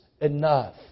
enough